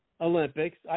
Olympics